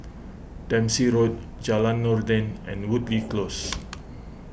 Dempsey Road Jalan Noordin and Woodleigh Close